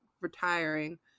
retiring